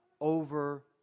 over